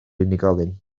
unigolyn